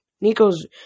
Nico's